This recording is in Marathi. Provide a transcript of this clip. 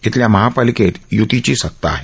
इथल्या महापालिकेत युतीची सत्ता आहे